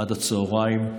עד הצוהריים.